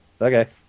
Okay